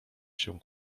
się